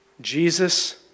Jesus